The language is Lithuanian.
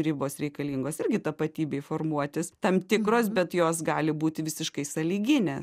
ribos reikalingos irgi tapatybei formuotis tam tikros bet jos gali būti visiškai sąlyginės